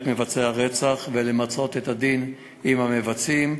מבצעי הרצח ולמצות את הדין עם המבצעים.